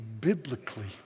biblically